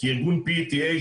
כי ארגון PETA,